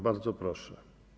Bardzo proszę.